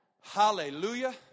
Hallelujah